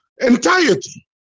entirety